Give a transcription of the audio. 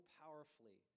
powerfully